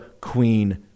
queen